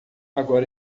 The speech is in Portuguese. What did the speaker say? agora